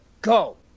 go